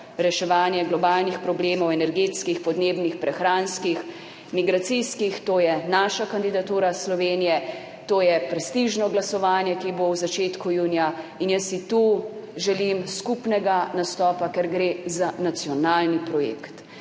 reševanje globalnih problemov, energetskih, podnebnih, prehranskih, migracijskih. To je naša kandidatura Slovenije, to je prestižno glasovanje, ki bo v začetku junija in jaz si tu želim skupnega nastopa, ker gre za nacionalni projekt,